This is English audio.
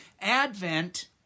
Advent